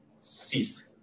ceased